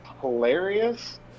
hilarious